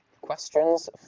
Questions